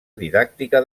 didàctica